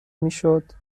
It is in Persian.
میشد